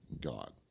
God